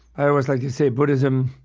i always like to say, buddhism